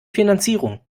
finanzierung